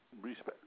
respect